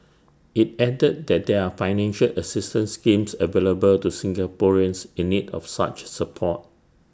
IT added that there are financial assistance schemes available to Singaporeans in need of such support